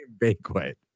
banquet